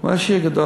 הוא היה עשיר גדול.